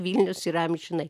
vilnius yra amžinai